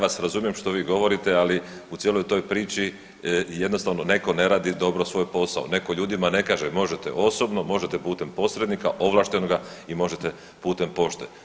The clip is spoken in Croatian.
Ja vas razumijem što vi govorite, ali u cijeloj toj priči jednostavno neko ne radi dobro svoj posao, neko ljudima ne kaže možete osobno, možete putem posrednika ovlaštenoga i možete putem pošte.